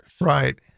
Right